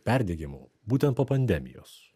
perdegimo būtent po pandemijos